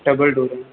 double door